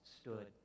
stood